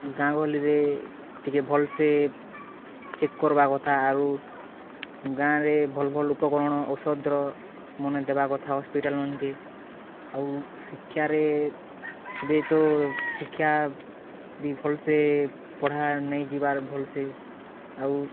ଗାଁ ଗହଲିରେ ଟିକେ ଭଲ୍ସେ ଚେକ୍ କର୍ବାର୍ କଥା ଆରୁ ଗାଁ'ରେ ଭଲ୍ ଭଲ୍ ଉପକରଣ ଔଷଧ୍'ର ମାନେ ଦେବାର୍ କଥା ହସ୍ପିଟାଲ୍ ମାନ୍କେ ଆଉ ଶିକ୍ଷାରେ ବି ତ ଶିକ୍ଷା ବି ଭଲ୍ସେ ପଢ଼ା ନାଇ ଯିବାର୍ ଭଲ୍ସେ ଆଉ